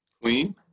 Clean